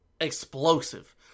explosive